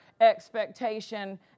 expectation